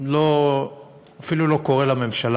אפילו לא קורא לממשלה,